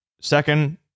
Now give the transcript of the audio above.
Second